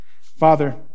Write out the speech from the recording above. Father